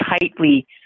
tightly